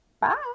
Bye